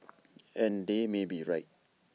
and they may be right